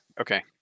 Okay